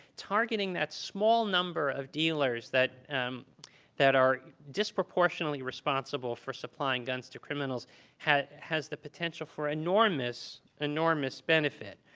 targeting that small number of dealers that um that are disproportionately responsible for supplying guns to criminals has has the potential for enormous, enormous benefit.